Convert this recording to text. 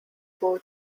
boy